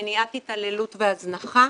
מניעת התעללות והזנחה.